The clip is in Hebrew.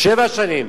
שבע שנים.